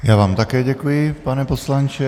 Já vám také děkuji, pane poslanče.